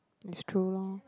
it's true lor